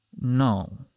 No